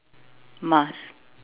mask